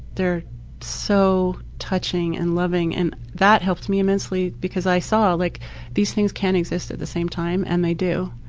they're so touching and loving and that helped me immensely because i saw like these things can exist at the same time and they do.